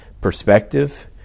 perspective